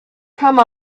come